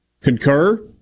Concur